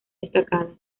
destacadas